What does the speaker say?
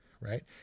right